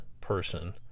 person